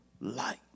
light